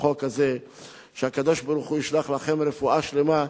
בחוק הזה שהקדוש-ברוך-הוא ישלח לכם רפואה שלמה,